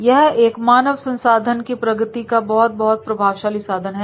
यह एक मानव संसाधन की प्रगति का बहुत बहुत प्रभावी साधन है